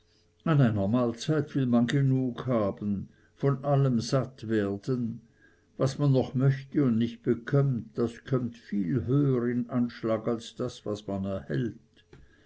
mahlzeit will man genug haben von allem satt werden was man noch möchte und nicht bekömmt das kömmt viel höher in anschlag als das was man erhält